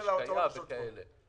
השקיה וכן הלאה.